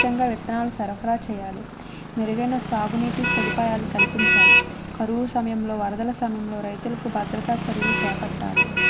ఉచితంగా విత్తనాలు సరఫరా చేయాలి మెరుగైన సాగునీటి సదుపాయాలు కల్పించాలి కరువు సమయంలో వరదల సమయంలో రైతులకు భద్రతా చర్యలు చేపట్టాలి